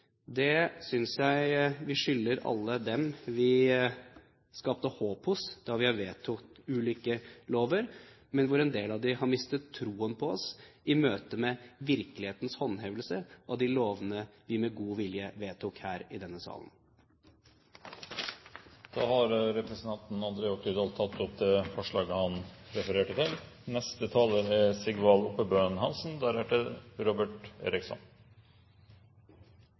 Det synes jeg vi skylder alle dem vi skapte håp hos da vi vedtok ulike lover, og etter at en del av dem har mistet troen på oss i møtet med virkelighetens håndhevelse av de lovene vi med god vilje vedtok i denne salen. Representanten André Oktay Dahl har tatt opp det forslaget han refererte til.